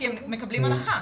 הם מקבלים הנחה.